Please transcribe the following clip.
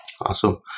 awesome